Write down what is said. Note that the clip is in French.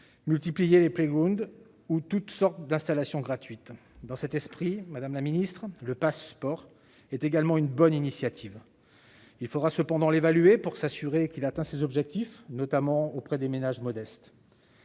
multiplier les ou toutes sortes d'installations gratuites. Dans cet esprit, madame la ministre, le Pass'Sport est également une bonne initiative. Il faudra cependant l'évaluer pour s'assurer qu'il atteint ses objectifs, notamment auprès des ménages modestes.